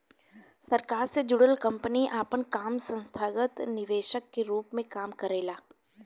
सरकार से जुड़ल कंपनी आपन काम संस्थागत निवेशक के रूप में काम करेला